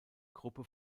gruppe